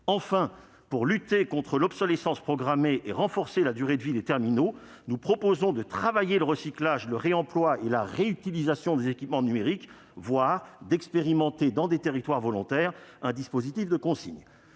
Enfin, pour lutter contre l'obsolescence programmée et renforcer la durée de vie des terminaux, nous proposons de travailler le recyclage, le réemploi et la réutilisation des équipements numériques, voire d'expérimenter dans des territoires volontaires un dispositif de consigne.